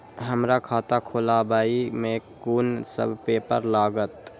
हमरा खाता खोलाबई में कुन सब पेपर लागत?